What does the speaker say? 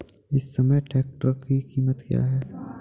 इस समय ट्रैक्टर की कीमत क्या है?